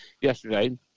yesterday